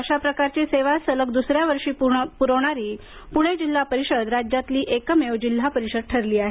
अशा प्रकारची सेवा सलग द्सऱ्या वर्षी प्रवणारी पुणे जिल्हा परिषद राज्यातील एकमेव जिल्हा परिषद ठरली आहे